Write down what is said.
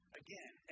again